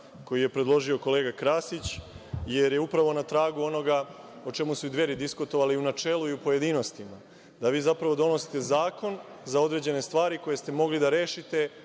koji je predložio kolega Krasić, jer je upravo na tragu onoga o čemu su i Dveri diskutovale i u načelu i u pojedinostima, da vi upravo donosite zakon za određene stari koje ste mogli da rešite